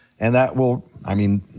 and that will, i mean,